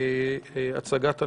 להצגת הנושא,